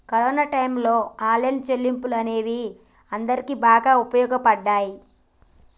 corona టైయ్యంలో online చెల్లింపులు అనేవి అందరికీ బాగా వుపయోగపడ్డయ్యి